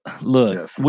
Look